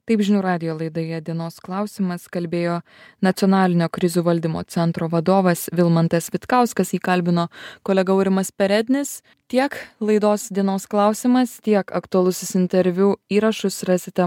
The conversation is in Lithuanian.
taip žinių radijo laidoje dienos klausimas kalbėjo nacionalinio krizių valdymo centro vadovas vilmantas vitkauskas jį kalbino kolega aurimas perednis tiek laidos dienos klausimas tiek aktualusis interviu įrašus rasite